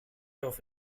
auf